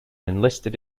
enlisted